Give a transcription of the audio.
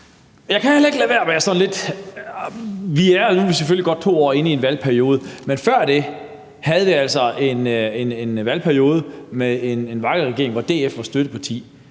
mig lidt. Nu er vi jo selvfølgelig godt 2 år inde i en valgperiode, men før det havde vi altså en valgperiode med en VLAK-regering, hvor DF var støtteparti.